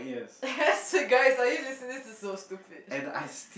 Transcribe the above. so guys are you listen this is so stupid